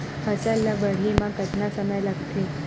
फसल ला बाढ़े मा कतना समय लगथे?